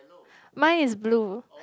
mine is blue